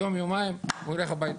יום-יומיים הוא יילך הביתה.